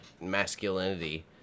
masculinity